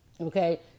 Okay